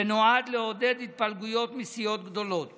ונועד לעודד התפלגויות מסיעות גדולות